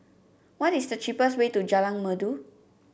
what is the cheapest way to Jalan Merdu